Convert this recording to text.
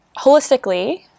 holistically